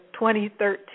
2013